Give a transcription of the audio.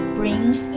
brings